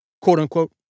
Quote-unquote